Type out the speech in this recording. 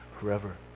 forever